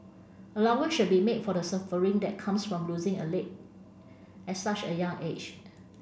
allowance should be made for the suffering that comes from losing a leg at such a young age